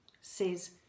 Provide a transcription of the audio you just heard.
says